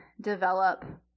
develop –